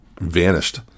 vanished